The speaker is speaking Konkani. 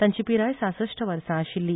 तांची पिराय सासष्ट वर्सा आशिल्ली